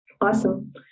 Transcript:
Awesome